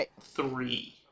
three